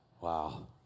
Wow